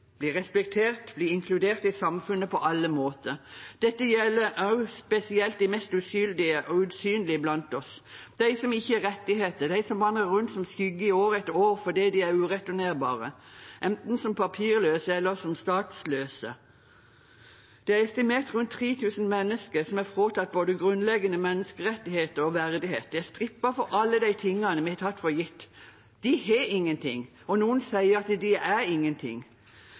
respektert og inkludert i samfunnet på alle måter. Dette gjelder også, spesielt, de mest uskyldige og usynlige iblant oss, de som ikke har rettigheter, de som vandrer rundt som skygger i år etter år fordi de er ureturnerbare, enten som papirløse eller som statsløse. Det er estimert at det er rundt 3 000 mennesker som er fratatt både grunnleggende menneskerettigheter og verdighet. De er strippet for alle de tingene vi har tatt for gitt. De har ingenting, og noen sier at de er ingenting.